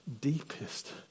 deepest